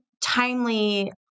timely